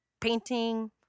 painting